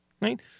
Right